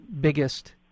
biggest –